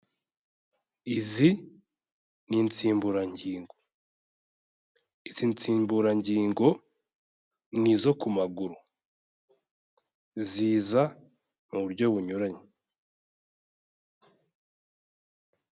Izi ni insimburangingo, izi nsimburangingo ni izo ku maguru, ziza mu buryo bunyuranye.